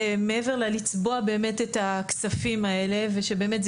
מעבר ללצבוע את הכספים האלה ושבאמת זה